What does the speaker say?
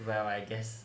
well I guess